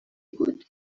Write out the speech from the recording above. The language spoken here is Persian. بود